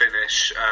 finish